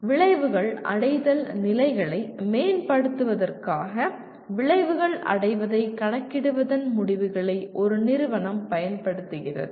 விளைவுகள் அடைதல் நிலைகளை மேம்படுத்துவதற்காக விளைவுகள் அடைவதைக் கணக்கிடுவதன் முடிவுகளை ஒரு நிறுவனம் பயன்படுத்துகிறது